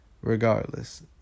regardless